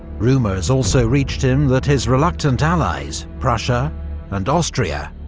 rumours also reached him that his reluctant allies, prussia and austria,